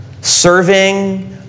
Serving